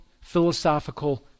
philosophical